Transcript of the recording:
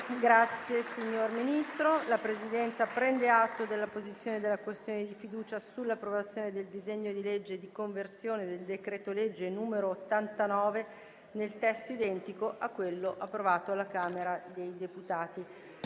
apre una nuova finestra"). La Presidenza prende atto della posizione della questione di fiducia sull'approvazione del disegno di legge di conversione del decreto-legge n. 89, nel testo identico a quello approvato dalla Camera dei deputati.